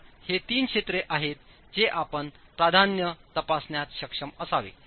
तर हे 3 क्षेत्रे आहेत जे आपण प्राधान्य तपासण्यास सक्षम असावे